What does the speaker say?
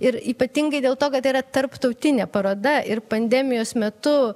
ir ypatingai dėl to kad yra tarptautinė paroda ir pandemijos metu